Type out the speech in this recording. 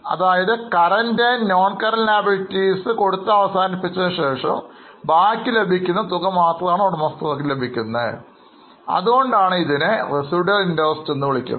അതായത് Current non current liabilities അടച്ചതിനു ശേഷം അവശേഷിക്കുന്ന തുക മാത്രമാണ് ഉടമസ്ഥർക്ക് ലഭിക്കുന്നത് അതിനാലാണ് ഇതിനെ Residual interest എന്നു വിളിക്കുന്നത്